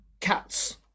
Cats